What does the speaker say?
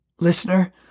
listener